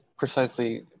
precisely